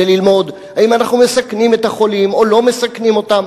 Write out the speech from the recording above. וללמוד אם אנחנו מסכנים את החולים או לא מסכנים אותם.